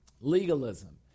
Legalism